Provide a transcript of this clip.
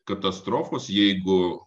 katastrofos jeigu